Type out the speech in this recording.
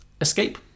escape